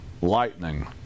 lightning